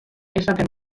esaten